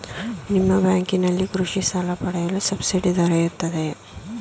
ನಿಮ್ಮ ಬ್ಯಾಂಕಿನಲ್ಲಿ ಕೃಷಿ ಸಾಲ ಪಡೆಯಲು ಸಬ್ಸಿಡಿ ದೊರೆಯುತ್ತದೆಯೇ?